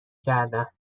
کردن